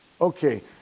Okay